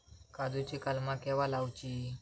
काजुची कलमा केव्हा लावची?